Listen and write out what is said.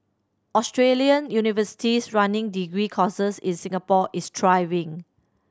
Australian universities running degree courses in Singapore is thriving